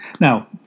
Now